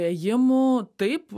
ėjimų taip